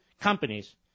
companies